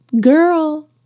Girl